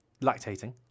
Lactating